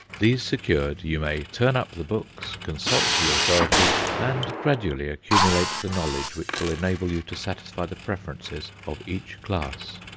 these secured, you may turn up the books, consult the authorities, and gradually accumulate the knowledge which will enable you to satisfy the preferences of each class.